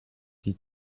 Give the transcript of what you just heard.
qui